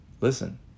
listen